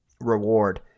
reward